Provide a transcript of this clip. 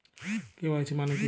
KYC মানে কী?